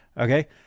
okay